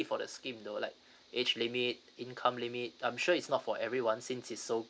for the scheme though like age limit income limit I'm sure it's not for everyone since is so